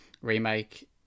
remake